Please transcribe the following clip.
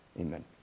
Amen